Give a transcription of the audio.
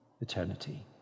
eternity